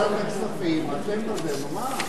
אבל, אתם ועדת הכספים, אתם, נו, מה.